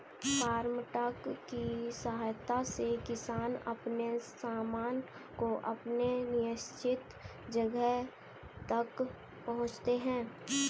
farm truck की सहायता से किसान अपने सामान को अपने निश्चित जगह तक पहुंचाते हैं